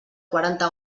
quaranta